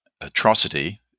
atrocity